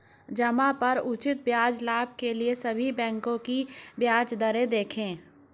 जमा पर उचित ब्याज लाभ के लिए सभी बैंकों की ब्याज दरें देखें